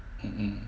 mm mm